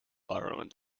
ireland